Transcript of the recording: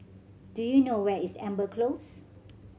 do you know where is Amber Close